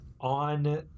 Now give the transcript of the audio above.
on